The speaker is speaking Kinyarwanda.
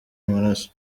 amaraso